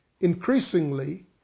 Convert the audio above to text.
Increasingly